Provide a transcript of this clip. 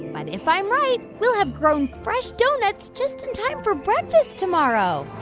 but if i'm right, we'll have grown fresh donuts just in time for breakfast tomorrow